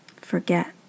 forget